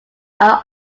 are